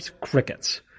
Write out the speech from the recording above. crickets